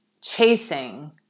chasing